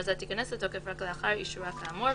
ההכרזה תיכנס לתוקף רק לאחר אישורה כאמור,